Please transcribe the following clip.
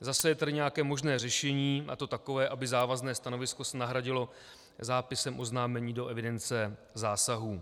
Zase je tady nějaké možné řešení, a to takové, aby závazné stanovisko se nahradilo zápisem oznámení do evidence zásahů.